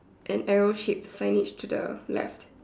an arrow shape signage to the left